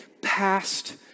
past